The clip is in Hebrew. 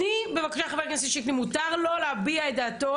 חבר הכנסת שיקלי, מותר לו להביע את דעתו.